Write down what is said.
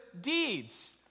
deeds